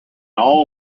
all